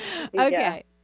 Okay